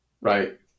right